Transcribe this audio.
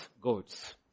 Goats